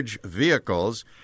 vehicles